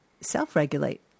self-regulate